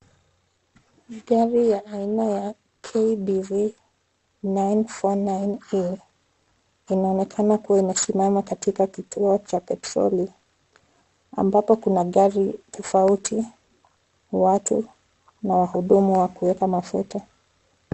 Gari ya aina ya KBV 949A inaonekana kuwa imesimama katika kituo cha petroli , ambapo kuna gari tofauti , watu na wahudumu wa kuweka mafuta.